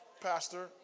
Pastor